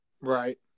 Right